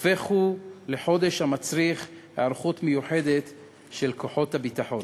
הופך לחודש המצריך היערכות מיוחדת של כוחות הביטחון?